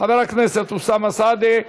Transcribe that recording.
חבר הכנסת אוסאמה סעדי,